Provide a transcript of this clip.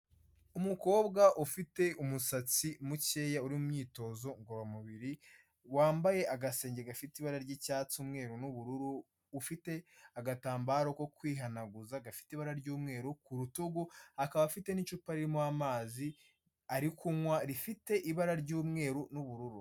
Umukobwa ufite umusatsi mukeya uri mu myitozo ngororamubiri, wambaye agasengeri gafite ibara ry'icyatsi, umweru n'ubururu, ufite agatambaro ko kwihanaguza gafite ibara ry'umweru ku rutugu, akaba afite n'icupa ririmo amazi ari kunywa rifite ibara ry'umweru n'ubururu.